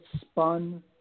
spun